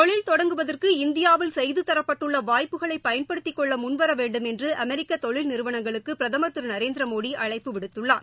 தொழில் தொடங்குவதற்கு இந்தியாவில் செய்து தரப்பட்டுள்ள வாய்ப்புகளை பயன்னடுத்திக் கொள்ள முன்வரவேண்டும் என்று அமெரிக்க தொழில்நிறுவனங்களுக்கு பிரதமர் திரு நரேந்திர மோடி அழைப்பு விடுத்துள்ளார்